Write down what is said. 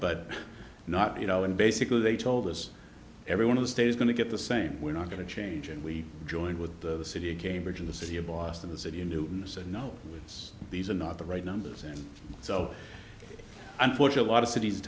but not you know and basically they told us every one of the state is going to get the same we're not going to change and we joined with the city of cambridge in the city of boston the city in newton said no it's these are not the right numbers and so unfortunate lot of cities